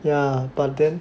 ya but then